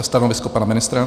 Stanovisko pana ministra?